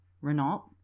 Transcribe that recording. Renault